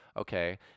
Okay